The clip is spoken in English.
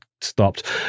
stopped